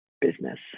business